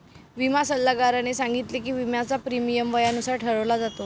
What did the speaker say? विमा सल्लागाराने सांगितले की, विम्याचा प्रीमियम वयानुसार ठरवला जातो